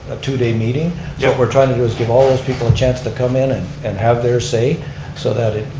ah two day meeting. what yeah we're trying to do is give all those people a chance to come in and and have their say so that